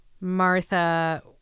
Martha